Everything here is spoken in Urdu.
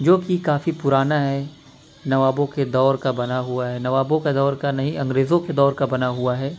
جو کہ کافی پرانا ہے نوابوں کے دور کا بنا ہوا ہے نوابوں کا دور کا نہیں انگریزوں کے دور کا بنا ہوا ہے